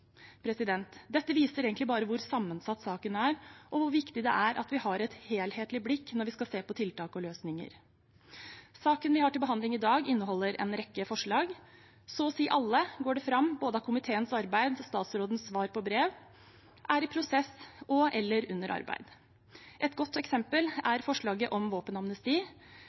Dette viser egentlig bare hvor sammensatt saken er og hvor viktig det er at vi har et helhetlig blikk når vi skal se på tiltak og løsninger. Saken vi har til behandling i dag, inneholder en rekke forslag. Så å si alle – går det fram både av komiteens arbeid og av statsrådens svar på brev – er i prosess og/eller under arbeid. Et godt eksempel er forslaget om våpenamnesti,